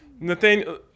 Nathaniel